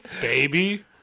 baby